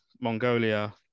Mongolia